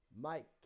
Mike